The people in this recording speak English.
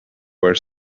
were